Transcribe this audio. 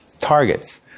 targets